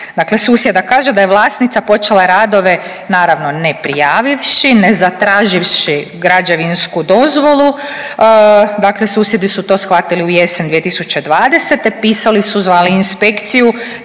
Dakle, susjeda kaže da je vlasnica počela radove naravno ne prijavivši, ne zatraživši građevinsku dozvolu. Dakle, susjedi su to shvatili u jesen 2020. Pisali su, zvali inspekciju.